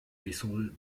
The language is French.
missions